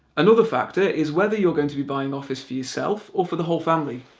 another factor is whether you're going to be buying office for yourself or for the whole family.